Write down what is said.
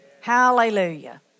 Hallelujah